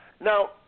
Now